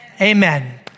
amen